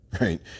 right